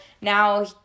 Now